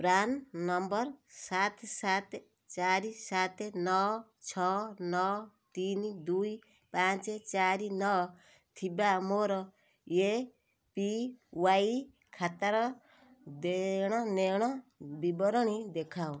PRAN number ସାତ ସାତ ଚାରି ସାତ ନଅ ଛଅ ନଅ ତିନି ଦୁଇ ପାଞ୍ଚ ଚାରି ନଅ ଥିବା ମୋର ଏ ପି ୱାଇ ଖାତାର ଦେଣନେଣ ବିବରଣୀ ଦେଖାଅ